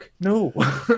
no